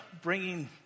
bringing